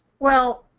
well,